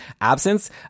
absence